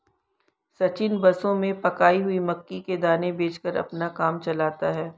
सचिन बसों में पकाई हुई मक्की के दाने बेचकर अपना काम चलाता है